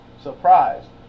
surprised